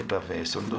היבה וסונדוס,